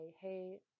hey